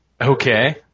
Okay